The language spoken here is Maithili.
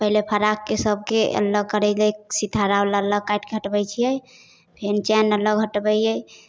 पहिले फ्रॉकके सबके अलग करैलए सितारावला अलग काटिके हटबै छिए फेर चेन अलग हटबै छिए